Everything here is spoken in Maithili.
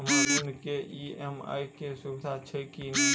हम्मर लोन केँ ई.एम.आई केँ सुविधा छैय की नै?